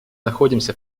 находимся